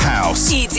House